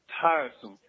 tiresome